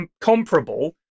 comparable